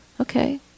Okay